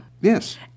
Yes